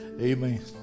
Amen